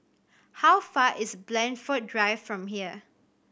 how far is Blandford Drive from here